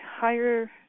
higher